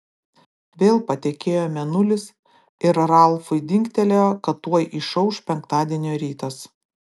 vėl patekėjo mėnulis ir ralfui dingtelėjo kad tuoj išauš penktadienio rytas